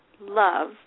love